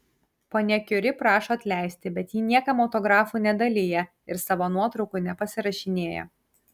ponia kiuri prašo atleisti bet ji niekam autografų nedalija ir savo nuotraukų nepasirašinėja